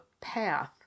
path